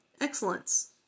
excellence